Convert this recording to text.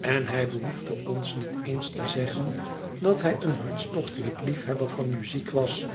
en hij behoefde ons niet eens te zeggen dat hij een hartstochtelijk liefhebber van muziek was